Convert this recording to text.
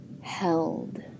held